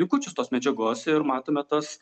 likučius tos medžiagos ir matome tas